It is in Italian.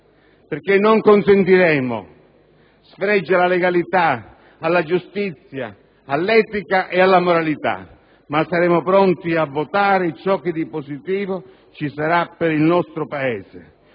perché non consentiremo sfregi alla legalità, alla giustizia, all'etica e alla moralità, ma saremo pronti a votare ciò che di positivo ci sarà per il nostro Paese.